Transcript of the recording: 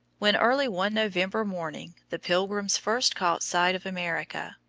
when early one november morning the pilgrims first caught sight of america.